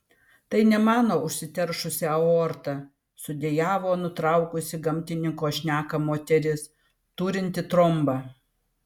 tai ne mano užsiteršusi aorta sudejavo nutraukusi gamtininko šneką moteris turinti trombą